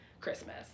Christmas